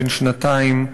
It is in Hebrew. בן שנתיים,